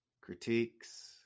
critiques